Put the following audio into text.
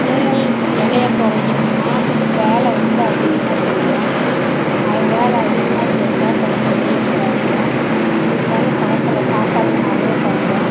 உடல் எடையை குறைக்கணுன்னா வேலை வந்து அதிகமாக செய்வோம் அது வேலை அதிகமாக செஞ்சா கொஞ்சம் வெயிட் குறையும் இருந்தாலும் சாப்பிட்ற சாப்பாடு நாலையும் நிறைய குறையும்